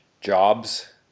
jobs